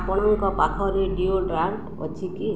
ଆପଣଙ୍କ ପାଖରେ ଡିଓଡ୍ରାଣ୍ଟ୍ ଅଛି କି